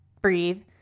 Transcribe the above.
breathe